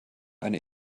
eine